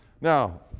Now